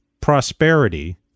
prosperity